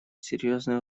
серьезную